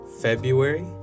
February